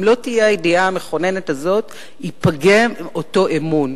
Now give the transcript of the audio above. אם לא תהיה הידיעה המכוננת הזאת, ייפגם אותו אמון.